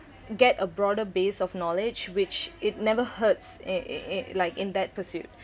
get a broader base of knowledge which it never hurts in in in like in that pursuit